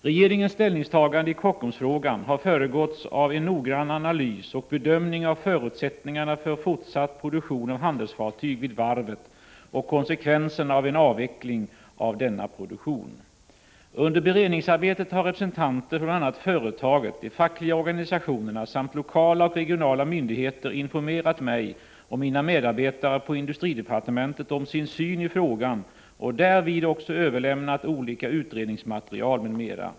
Regeringens ställningstagande i Kockumsfrågan har föregåtts av en noggrann analys och bedömning av förutsättningarna för fortsatt produktion av handelsfartyg vid varvet och konsekvenserna av en avveckling av denna produktion. 95 Under beredningsarbetet har representanter för bl.a. företaget, de fackliga organisationerna samt lokala och regionala myndigheter informerat mig och mina medarbetare på industridepartementet om sin syn i frågan och därvid också överlämnat olika utredningsmaterial m.m.